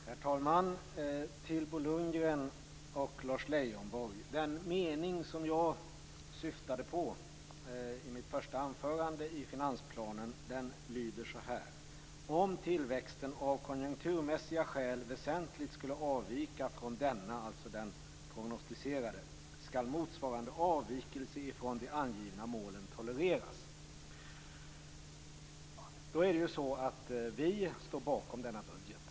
Herr talman! Jag vänder mig till Bo Lundgren och Lars Leijonborg. Den mening i finansplanen som jag syftade på i mitt första anförande lyder så här: "Om tillväxten av konjunkturmässiga skäl väsentligt skulle avvika från denna", dvs. den prognostiserade, "skall motsvarande avvikelse från de angivna målen tolereras". Vi står bakom denna budget.